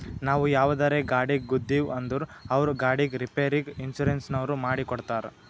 ನಾವು ಯಾವುದರೇ ಗಾಡಿಗ್ ಗುದ್ದಿವ್ ಅಂದುರ್ ಅವ್ರ ಗಾಡಿದ್ ರಿಪೇರಿಗ್ ಇನ್ಸೂರೆನ್ಸನವ್ರು ಮಾಡಿ ಕೊಡ್ತಾರ್